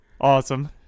Awesome